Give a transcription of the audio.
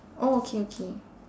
oh okay okay